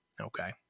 Okay